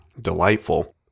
Delightful